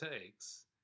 takes